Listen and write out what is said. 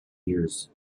years